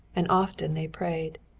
and often they prayed.